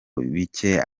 bike